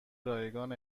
رایگان